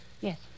Yes